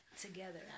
together